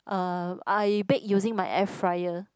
uh I bake using my air fryer